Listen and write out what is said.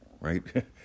right